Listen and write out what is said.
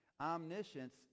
Omniscience